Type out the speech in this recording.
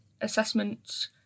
assessments